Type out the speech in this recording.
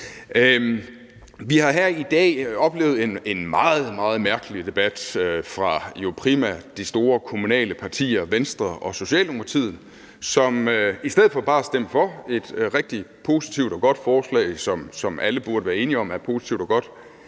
Vi har her i dag oplevet en meget, meget mærkelig debat, jo primært fra de store kommunale partier Venstre og Socialdemokratiets side, som i stedet for bare at stemme for et rigtig positivt og godt forslag, som alle burde være enige om er positivt og godt,